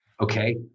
Okay